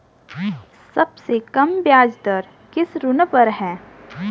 सबसे कम ब्याज दर किस ऋण पर है?